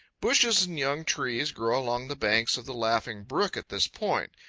bushes and young trees grow along the banks of the laughing brook at this point.